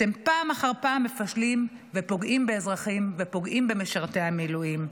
אתם פעם אחר פעם מפשלים ופוגעים באזרחים ופוגעים במשרתי המילואים.